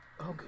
Okay